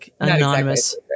anonymous